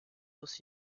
aussi